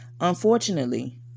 Unfortunately